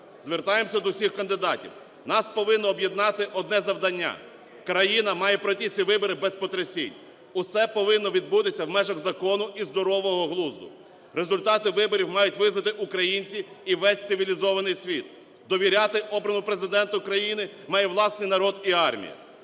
Звертаємося до всіх кандидатів: нас повинно об'єднати одне завдання, країна має пройти ці вибори без потрясінь, усе повинно відбутися в межах закону і здорового глузду. Результати виборів мають визнати українці і весь цивілізований світ, довіряти обраному Президенту країни має власний народ і армія.